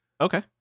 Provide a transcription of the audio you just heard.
Okay